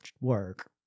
work